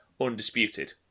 undisputed